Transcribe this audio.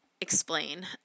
explain